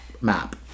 map